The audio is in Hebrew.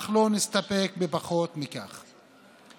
אך לא נסתפק בפחות מכך.